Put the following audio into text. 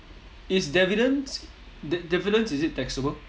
is dividends dividends is it taxable